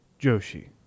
Joshi